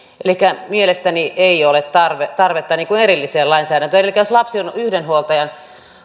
elikkä mielestäni ei ole tarvetta tarvetta niin kuin erilliseen lainsäädäntöön elikkä jos lapsi on on yhden huoltajan